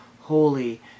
holy